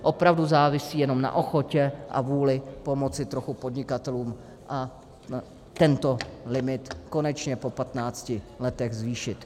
Opravdu závisí jenom na ochotě a vůli pomoci trochu podnikatelům a tento limit konečně po 15 letech zvýšit.